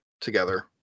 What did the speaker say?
together